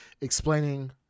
explaining